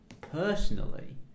personally